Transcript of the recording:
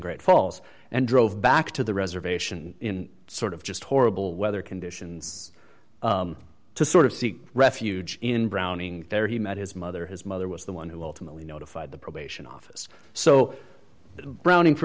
great falls and drove back to the reservation in sort of just horrible weather conditions to sort of seek refuge in browning there he met his mother his mother was the one who ultimately notified the probation office so browning for